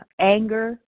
anger